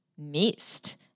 Missed